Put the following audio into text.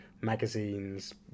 magazines